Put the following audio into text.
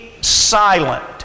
silent